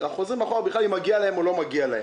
אנחנו חוזרים אחורה בכלל לשאלה אם מגיע להם או לא מגיע להם.